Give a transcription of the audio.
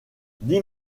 dix